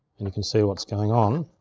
and you can see what's going on.